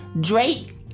Drake